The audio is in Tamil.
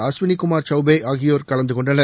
அஸ்வினி குமார் சௌபே ஆகியோர் கலந்து கொண்டனர்